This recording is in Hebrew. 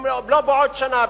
אם לא בעוד שנה,